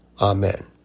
Amen